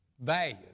value